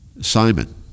Simon